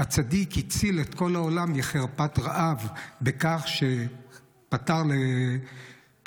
הצדיק הציל את כל העולם מחרפת רעב בכך שפתר לפרעה